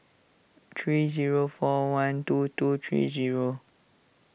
three zero four one two two three zero